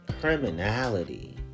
criminality